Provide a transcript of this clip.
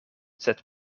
sed